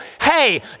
hey